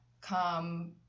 come